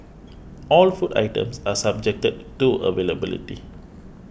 all the food items are subjected to availability